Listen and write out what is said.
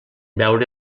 veure